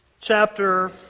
chapter